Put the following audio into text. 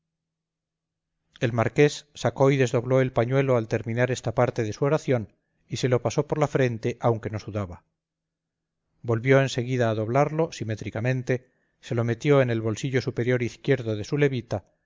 el marqués sacó y desdobló el pañuelo al terminar esta parte de su oración y se lo pasó por la frente aunque no sudaba volvió en seguida a doblarlo simétricamente se lo metió en el bolsillo posterior izquierdo de su levita